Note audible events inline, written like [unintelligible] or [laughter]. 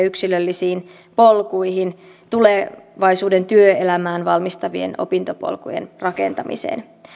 [unintelligible] yksilöllisiin polkuihin tulevaisuuden työelämään valmistavien opintopolkujen rakentamiseen